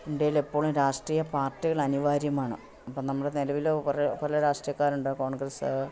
ഇന്ത്യയിലെപ്പോഴും രാഷ്ട്രീയ പാർട്ടികൾ അനിവാര്യമാണ് അപ്പോൾ നമ്മുടെ നിലവിലോ കുറേ പല രാഷ്ട്രീയക്കാരുണ്ട് കോൺഗ്രസ്